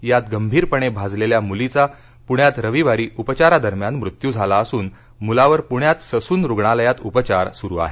यात गंभीरपणे भाजलेल्या मुलीचा पूण्यात रविवारी उपचारादरम्यान मृत्यू झाला असून मुलावर पुण्यात ससून रुणालयात उपचार सुरू आहेत